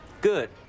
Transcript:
Good